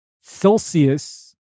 Celsius